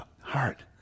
heart